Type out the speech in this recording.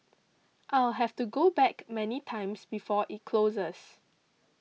I'll have to go back many times before it closes